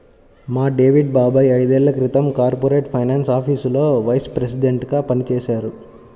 మా డేవిడ్ బాబాయ్ ఐదేళ్ళ క్రితం కార్పొరేట్ ఫైనాన్స్ ఆఫీసులో వైస్ ప్రెసిడెంట్గా పనిజేశారు